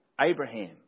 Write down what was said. Abraham